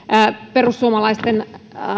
perussuomalaisten